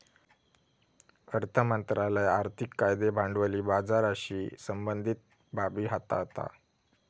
अर्थ मंत्रालय आर्थिक कायदे भांडवली बाजाराशी संबंधीत बाबी हाताळता